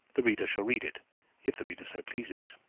the reader shall read it if the reader so pleases.